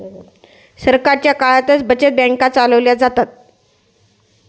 सरकारच्या काळातच बचत बँका चालवल्या जातात